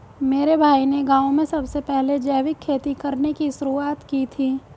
मेरे भाई ने गांव में सबसे पहले जैविक खेती करने की शुरुआत की थी